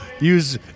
Use